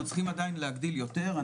אנחנו צריכים עדיין להגדיל יותר,